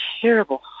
terrible